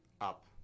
Up